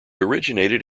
originated